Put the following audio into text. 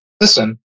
listen